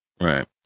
Right